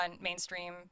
mainstream